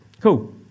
Cool